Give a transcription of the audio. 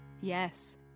Yes